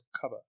cover